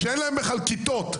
שאין להם בכלל כיתות,